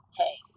hey